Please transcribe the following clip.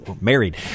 Married